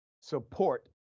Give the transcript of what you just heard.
support